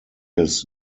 his